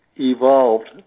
evolved